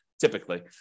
typically